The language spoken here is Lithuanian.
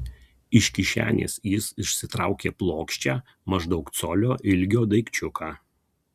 iš kišenės jis išsitraukė plokščią maždaug colio ilgio daikčiuką